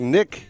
Nick